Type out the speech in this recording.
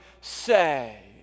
say